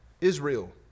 Israel